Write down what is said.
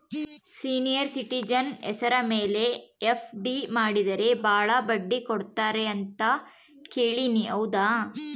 Senior citizen ಹೆಸರ ಮೇಲೆ FD ಮಾಡಿದರೆ ಬಹಳ ಬಡ್ಡಿ ಕೊಡ್ತಾರೆ ಅಂತಾ ಕೇಳಿನಿ ಹೌದಾ?